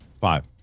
Five